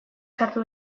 sartu